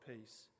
peace